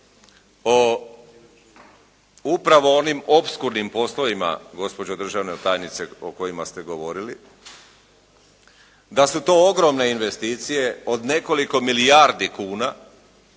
o upravo onim opskurnim poslovima gospođo državna tajnice o kojima ste govorili, da su to ogromne investicije od nekoliko milijardi kuna